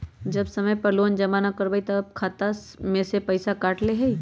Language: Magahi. जब समय पर लोन जमा न करवई तब खाता में से पईसा काट लेहई?